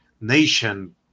nation